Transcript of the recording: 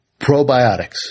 probiotics